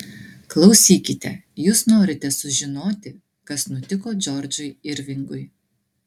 klausykite jūs norite sužinoti kas nutiko džordžui irvingui